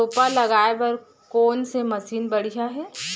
रोपा लगाए बर कोन से मशीन बढ़िया हे?